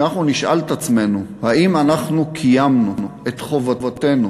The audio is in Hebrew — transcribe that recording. כשאנחנו נשאל את עצמנו האם אנחנו קיימנו את חובתנו